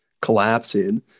collapsing